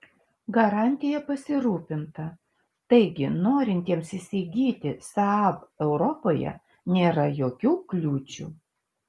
garantija pasirūpinta taigi norintiems įsigyti saab europoje nėra jokių kliūčių